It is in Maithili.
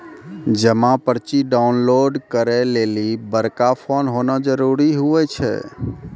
जमा पर्ची डाउनलोड करे लेली बड़का फोन होना जरूरी हुवै छै